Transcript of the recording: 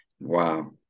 Wow